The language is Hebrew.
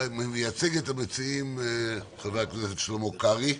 מייצג את המציעים חבר הכנסת שלמה קרעי.